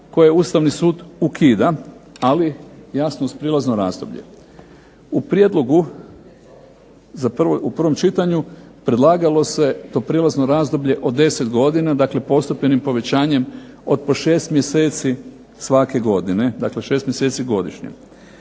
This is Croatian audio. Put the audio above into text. koje Ustavni sud ukida, ali jasno uz prijelazno razdoblje. U prijedlogu u prvom čitanju predlagalo se to prijelazno razdoblje od 10 godina, dakle postepenim povećanjem od po 6 mjeseci svake godine. Dakle, 6 mjeseci godišnje.